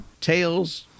tails